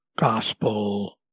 gospel